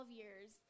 years